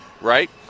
right